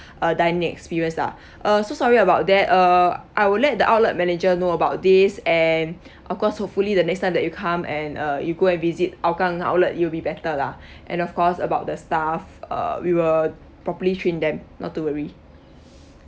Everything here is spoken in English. a dining experience lah uh so sorry about that uh I will let the outlet manager know about this and of course hopefully the next time that you come and uh you go and visit hougang outlet it will be better lah and of course about the staff uh we will properly train them not to worry